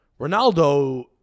Ronaldo